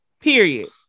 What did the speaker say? Period